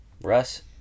russ